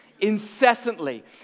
incessantly